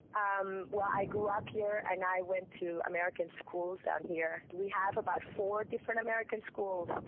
um well, i grew up here and i went to american schools out here. we have about four different american schools,